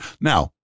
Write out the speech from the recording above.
Now